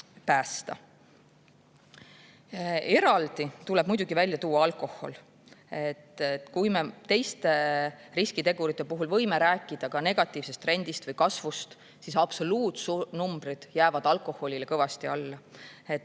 Eraldi tuleb muidugi välja tuua alkohol. Kui me teiste riskitegurite puhul võime rääkida ka negatiivsest trendist või kasvust, siis absoluutnumbrid jäävad ikkagi alkoholile kõvasti alla.